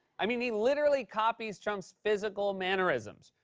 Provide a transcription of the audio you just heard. i mean, he literally copies trump's physical mannerisms.